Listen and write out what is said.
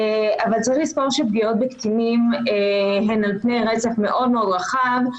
אבל צריך לזכור שפגיעות בקטינים הן על פני רצף מאוד רחב,